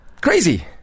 Crazy